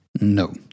No